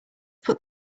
put